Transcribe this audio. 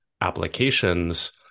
applications